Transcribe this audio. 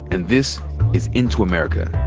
and this is into america.